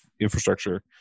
infrastructure